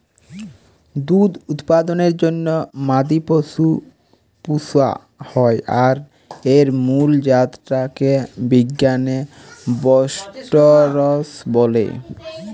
দুধ উৎপাদনের জন্যে মাদি পশু পুশা হয় আর এর মুল জাত টা কে বিজ্ঞানে বস্টরস বলে